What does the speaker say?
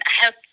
help